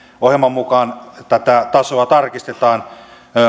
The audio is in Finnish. ohjelman mukaan tätä tasoa tarkistetaan